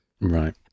Right